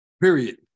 Period